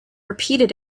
repeated